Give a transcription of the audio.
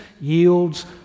yields